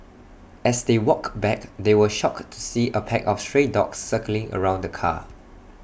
as they walked back they were shocked to see A pack of stray dogs circling around the car